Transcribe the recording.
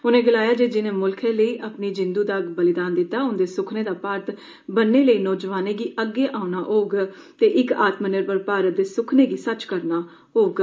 उनें गलाया कि जिनें मुल्खैं लेई अपनी जिन्दू दा बलिदान दिता उन्दे सुखने दा भारत बनाने लेई नौजवानें गी अग्गै औना होग ते इक आत्मनिर्भर भारत दे सुखने गी सच्च करना होग